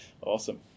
Awesome